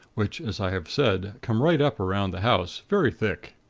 which as i have said, come right up around the house, very thick.